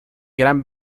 gran